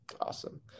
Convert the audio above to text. Awesome